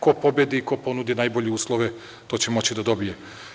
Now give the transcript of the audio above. Ko pobedi i ponudi najbolje uslove, to će moći da dobije.